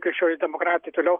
krikščionys demokratai toliau